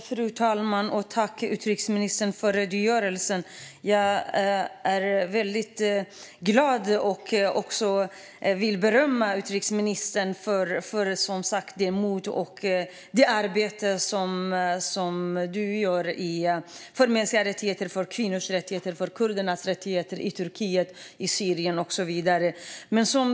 Fru talman! Tack, utrikesministern, för redogörelsen! Jag är väldigt glad över och vill berömma utrikesministern för det mod hon har haft och det arbete hon gör för mänskliga rättigheter, kvinnors rättigheter och kurdernas rättigheter i Turkiet, i Syrien och så vidare.